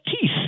teeth